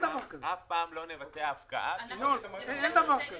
אף פעם לא נבצע הפקעה אם אין תוכנית מאושרת.